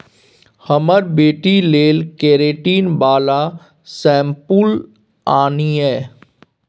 हमर बेटी लेल केरेटिन बला शैंम्पुल आनिहे